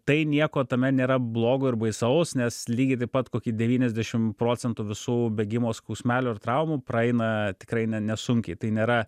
tai nieko tame nėra blogo ir baisaus nes lygiai taip pat kokie devyniasdešimt procentų visų bėgimo skausmelių ir traumų praeina tikrai ne nesunkiai tai nėra